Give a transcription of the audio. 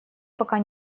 пока